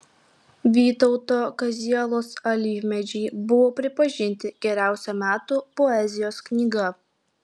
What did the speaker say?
vytauto kazielos alyvmedžiai buvo pripažinti geriausia metų poezijos knyga